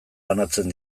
banatzen